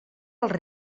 els